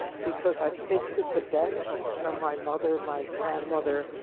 because i've tasted the best from my mother, my grandmother,